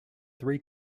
three